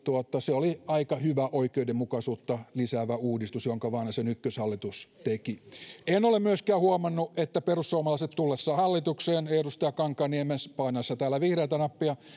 se oli aika hyvä oikeudenmukaisuutta lisäävä uudistus jonka vanhasen ykköshallitus teki en en ole myöskään huomannut että perussuomalaiset tullessaan hallitukseen ja edustaja kankaanniemen painaessa täällä vihreätä nappia